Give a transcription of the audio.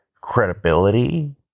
credibility